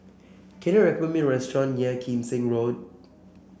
can you recommend me restaurant near Kim Seng Road